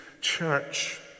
church